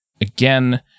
again